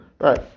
Right